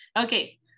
Okay